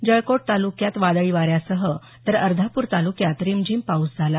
जळकोट तालुक्यात वादळी वाऱ्यासह तर अर्धापूर तालुक्यात रिमझिम पाऊस झाला